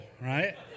right